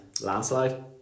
Landslide